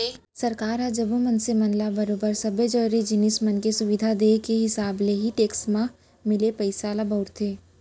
सरकार ह जम्मो मनसे मन ल बरोबर सब्बो जरुरी जिनिस मन के सुबिधा देय के हिसाब ले ही टेक्स म मिले पइसा ल बउरथे